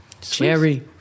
Jerry